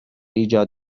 ایجاد